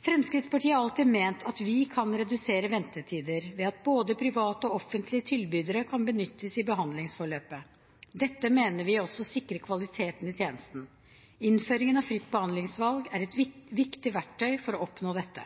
Fremskrittspartiet har alltid ment at vi kan redusere ventetider ved at både private og offentlige tilbydere kan benyttes i behandlingsforløpet. Dette mener vi også sikrer kvaliteten i tjenesten. Innføringen av fritt behandlingsvalg er et viktig verktøy for å oppnå dette.